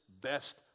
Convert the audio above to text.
best